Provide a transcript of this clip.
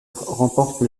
remporte